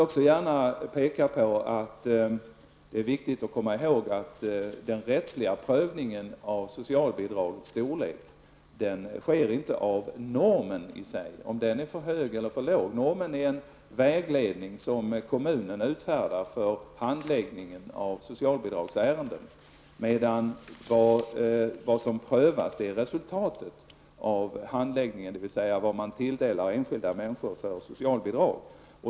Det är också viktigt att komma ihåg att den rättsliga prövningen av socialbidragets storlek inte sker med avseende på om normen i sig är för hög eller för låg. Normen är en vägledning som kommunen utfärdar för handläggningen av socialbidragsärenden. Vad som prövas är i stället resultatet av handläggningen, dvs. vilket socialbidrag enskilda människor tilldelas.